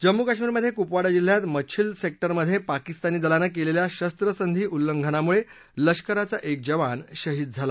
जम्मू कश्मीरमध्ये कुपवाडा जिल्ह्यात माछिल सेक्टरमध्ये पाकिस्तानी दलानं केलेल्या शस्वसंधी उल्लंघनामुळे लष्कराचा एक जवान शहीद झाला